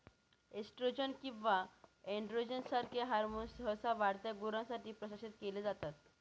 oestrogen किंवा androgen सारखे hormones सहसा वाढत्या गुरांसाठी प्रशासित केले जातात